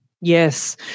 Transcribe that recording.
Yes